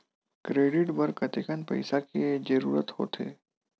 Credit बर कतेकन पईसा के जरूरत होथे?